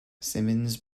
simmons